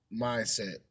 mindset